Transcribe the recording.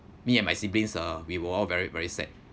me and my siblings uh we were all very very sad